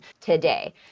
today